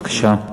בבקשה.